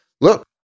look